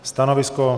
Stanovisko?